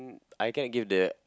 I can't give the